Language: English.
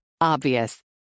Obvious